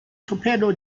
torpedo